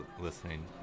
listening